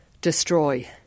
destroy